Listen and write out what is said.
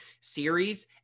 series